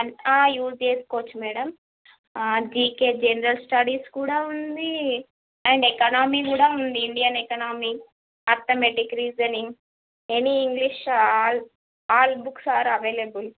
use చేసుకోవచ్చు madam GK general studies కూడా ఉంది అండ్ ఎకానమీ కూడా ఉంది Indian economy arithmetic reasoning any English all all books are available